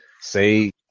Say